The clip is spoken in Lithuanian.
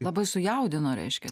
labai sujaudino reiškia